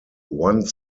one